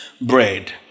bread